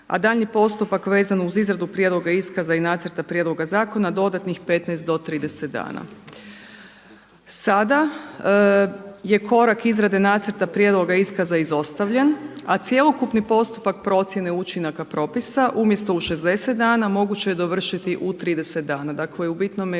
a daljnji postupak vezano uz izradu prijedloga iskaza i nacrta prijedloga zakona dodatnih 15 do 30 dana. Sada je korak izrade nacrta prijedloga iskaza izostavljen, a cjelokupni postupak procjene učinaka propisa umjesto u 60 dana moguće je dovršiti u 30 dana. Dakle, u bitnome